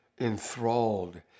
enthralled